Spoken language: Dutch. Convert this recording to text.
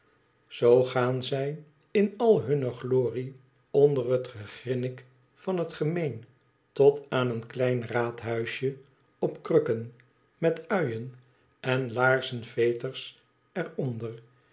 zoo gaan zij in al hunne glorie onder het gegrinnik van het gemeen tot aan een klein raadhuisje op krukken met uien en laarzen veters